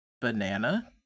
Banana